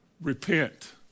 repent